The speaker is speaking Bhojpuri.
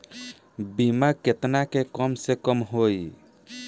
बीमा केतना के कम से कम होई?